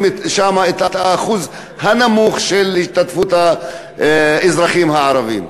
את האחוז הנמוך של השתתפות האזרחים הערבים.